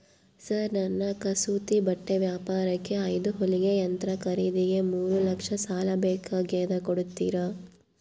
Sir ನನ್ನ ಕಸೂತಿ ಬಟ್ಟೆ ವ್ಯಾಪಾರಕ್ಕೆ ಐದು ಹೊಲಿಗೆ ಯಂತ್ರ ಖರೇದಿಗೆ ಮೂರು ಲಕ್ಷ ಸಾಲ ಬೇಕಾಗ್ಯದ ಕೊಡುತ್ತೇರಾ?